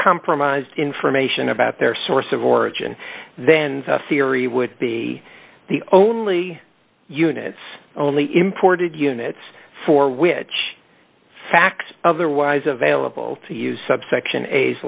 compromised information about their source of origin then the theory would be the only units only imported units for which facts otherwise available to use subsection a